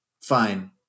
Fine